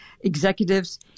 executives